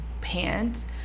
pants